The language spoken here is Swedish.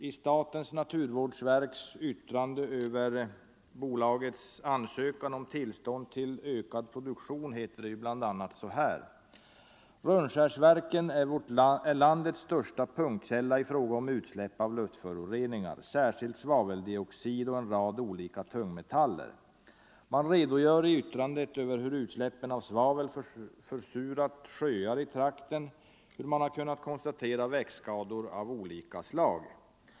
I statens naturvårdsverks yttrande över bolagets ansökan om tillstånd till utökad produktion heter det bl.a.: ”Rönnskärsverken är landets största punktkälla i fråga om utsläpp av luftföroreningar, särskilt svaveldioxid och en rad olika tungmetaller.” I yttrandet redogörs för hur utsläppen av svavel har försurat sjöar i trakten, hur växtskador av olika slag har kunnat konstateras.